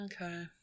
Okay